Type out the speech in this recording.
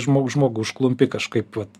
žmogų žmogų užklumpi kažkaip vat